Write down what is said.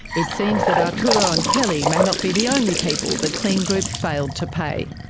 it seems that arturo and kelly may not be the only people that kleen group failed to pay.